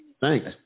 Thanks